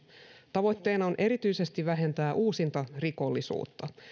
tavoitteena on erityisesti vähentää uusintarikollisuutta